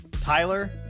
Tyler